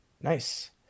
nice